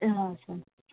సరే